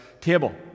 table